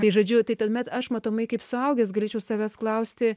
tai žodžiu tai tuomet aš matomai kaip suaugęs galėčiau savęs klausti